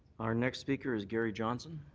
our next speaker is gary johnson.